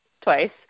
twice